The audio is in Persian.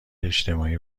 اجتماعی